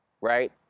Right